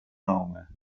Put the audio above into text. nome